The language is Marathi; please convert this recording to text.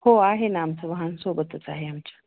हो आहे ना आमचं वाहनसोबतच आहे आमच्या